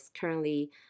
currently